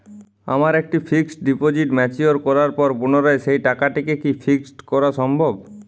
আমার একটি fixed deposit mature করার পর পুনরায় সেই টাকাটিকে কি ফিক্সড করা সম্ভব?